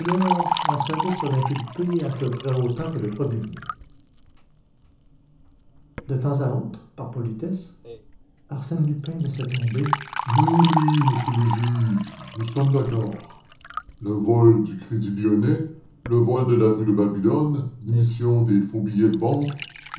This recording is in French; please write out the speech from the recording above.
en savait sur l'inculpé à peu près autant que le premier venu de temps à autre par politesse arsène lupin laissait tomber mais oui monsieur le juge nous sommes d'accord le vol du crédit lyonnais le vol de la rue de babylone l'émission des faux billets de banque